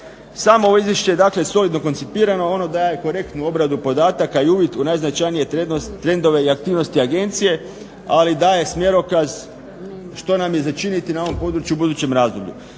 Samo ovo izvješće je dakle solidno koncipirano, ono daje korektnu obradu podataka i uvid u najznačajnije trendove i aktivnosti agencije, ali daje smjerokaz što nam je za činiti na ovom području u budućem razdoblju.